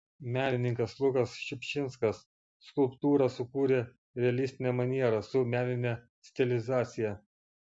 menininkas lukas šiupšinskas skulptūrą sukūrė realistine maniera su menine stilizacija